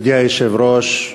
מכובדי היושב-ראש,